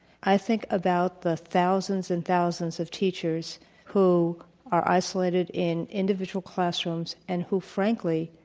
i think about the thousands and thousands of teachers who are isolated in individual classrooms and who, frankly,